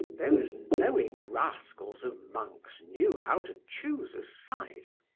those knowing rascals of monks knew how to choose a site!